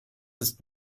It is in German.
ist